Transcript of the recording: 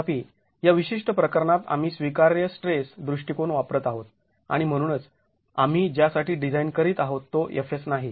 तथापि या विशिष्ट प्रकरणात आम्ही स्वीकार्य स्ट्रेस दृष्टिकोन वापरत आहोत आणि म्हणूनच आम्ही ज्यासाठी डिझाईन करित आहोत तो Fs नाही